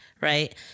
Right